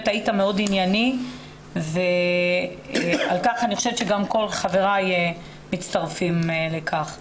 היית מאוד ענייני ואני חושבת שכל חבריי מצטרפים לדברים האלה.